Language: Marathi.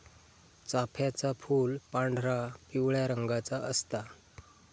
चाफ्याचा फूल पांढरा, पिवळ्या रंगाचा असता